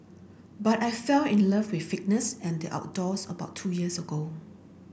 but I fell in love with fitness and the outdoors about two years ago